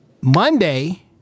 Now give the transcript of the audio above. Monday